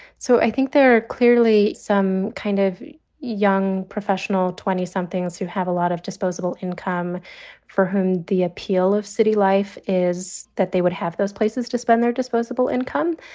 so i think there are clearly some kind of young professional twenty somethings who have a lot of disposable income for whom the appeal of city life is that they would have those places to spend their disposable income.